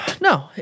no